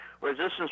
resistance